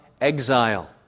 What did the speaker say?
exile